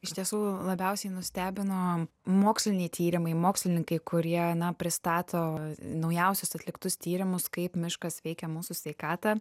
iš tiesų labiausiai nustebino moksliniai tyrimai mokslininkai kurie na pristato naujausius atliktus tyrimus kaip miškas veikia mūsų sveikatą